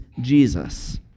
Jesus